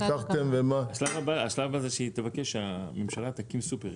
השלב הבא היא תבקש שהממשלה תקים סופרים.